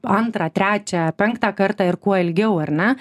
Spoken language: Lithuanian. antrą trečią penktą kartą ir kuo ilgiau ar ne